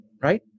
right